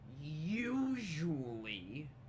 usually